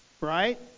Right